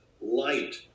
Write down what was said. light